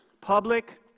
public